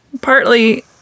partly